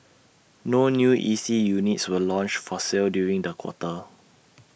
no new E C units were launched for sale during the quarter